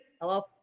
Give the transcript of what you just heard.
Hello